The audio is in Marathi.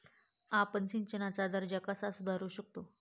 आपण सिंचनाचा दर्जा कसा सुधारू शकतो?